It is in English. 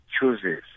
chooses